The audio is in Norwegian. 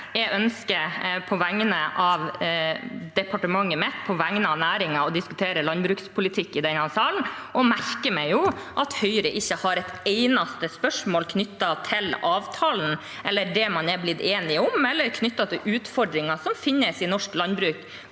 Jeg ønsker på vegne av departementet mitt og på vegne av næringen å diskutere landbrukspolitikk i denne salen og merker meg at Høyre ikke har et eneste spørsmål knyttet til avtalen eller det man er blitt enige om, eller knyttet til utfordringer som finnes i norsk landbruk.